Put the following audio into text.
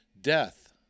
Death